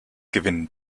gewinnen